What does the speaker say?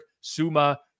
suma